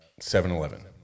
7-Eleven